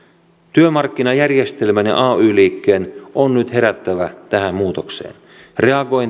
työmarkkinajärjestelmän ja ay liikkeen on nyt herättävä tähän muutokseen reagointia ja